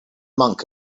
monk